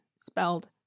spelled